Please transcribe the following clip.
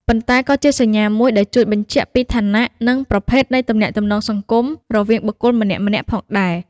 ប៉ុន្តែក៏ជាសញ្ញាមួយដែលជួយបញ្ជាក់ពីឋានៈ និងប្រភេទនៃទំនាក់ទំនងសង្គមរវាងបុគ្គលម្នាក់ៗផងដែរ។